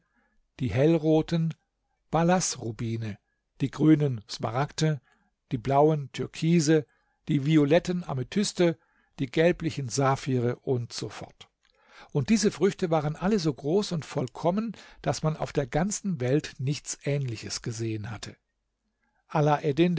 die hellroten ballaßrubine die grünen smaragde die blauen türkise die violetten amethyste die gelblichen saphire u s f und diese früchte waren alle so groß und vollkommen daß man auf der ganzen welt nichts ähnliches gesehen hat